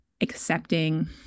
accepting